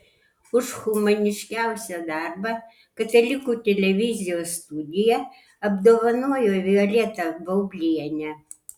už humaniškiausią darbą katalikų televizijos studija apdovanojo violetą baublienę